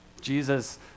Jesus